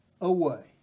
away